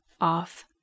off